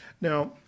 now